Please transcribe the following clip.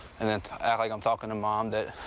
and then act like i'm talking to mom. that,